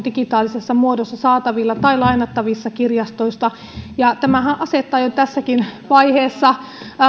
digitaalisessa muodossa saatavilla tai lainattavissa kirjastoista tämähän asettaa jo tässäkin vaiheessa